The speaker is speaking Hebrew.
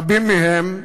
רבים מהם,